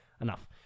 enough